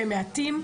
הם מעטים,